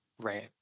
Right